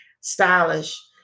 stylish